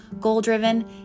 goal-driven